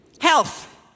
Health